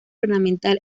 ornamental